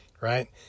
right